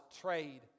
trade